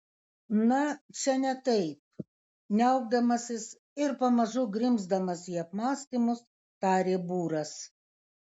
na čia ne taip niaukdamasis ir pamažu grimzdamas į apmąstymus tarė būras